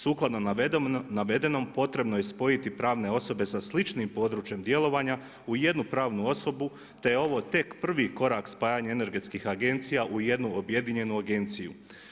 Sukladno navedenom, potrebno je spojiti pravne osobe sa sličnim područjem djelovanja, u jednu pravnu osobu, te je ovo tek prvi korak spajanje energetskih agencija u jednu objedinjenu agenciju.